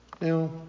Now